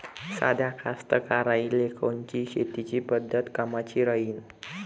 साध्या कास्तकाराइले कोनची शेतीची पद्धत कामाची राहीन?